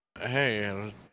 Hey